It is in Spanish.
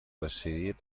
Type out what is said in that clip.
residir